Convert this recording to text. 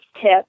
tip